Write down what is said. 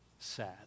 Sad